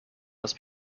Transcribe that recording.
das